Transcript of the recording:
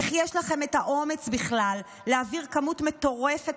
איך יש לכם את האומץ בכלל להעביר כמות מטורפת